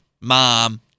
Mom